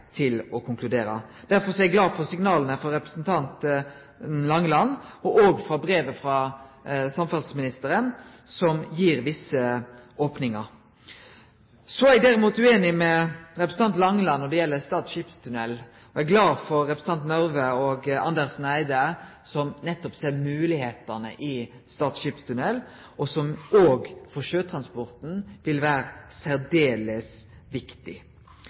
til å konkludere. Derfor er eg glad for signala frå representanten Langeland og for brevet frå samferdselsministeren, som gir visse opningar. Så er eg derimot ueinig med representanten Langeland når det gjeld Stad skipstunnel. Eg er glad for at representantane Røbekk Nørve og Andersen Eide nettopp ser moglegheitene i Stad skipstunnel, som òg for sjøtransporten vil vere særdeles viktig.